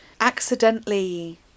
accidentally